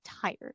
Tired